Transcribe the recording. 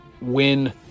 win